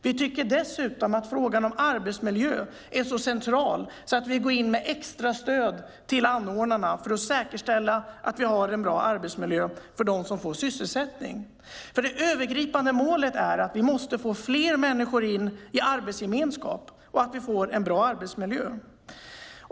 Vi tycker dessutom att frågan om arbetsmiljö är så central att vi går in med extra stöd till anordnarna för att säkerställa att vi har en bra arbetsmiljö för dem som får sysselsättning. Det övergripande målet är att vi måste få fler människor in i arbetsgemenskap och att vi får en bra arbetsmiljö.